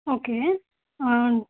okay